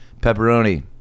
pepperoni